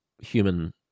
human